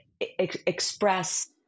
express